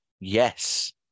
yes